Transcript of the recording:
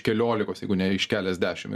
keliolikos jeigu ne iš keliasdešim